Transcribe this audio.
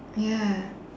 ya